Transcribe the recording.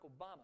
Obama